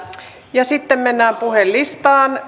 ja sitten mennään puhujalistaan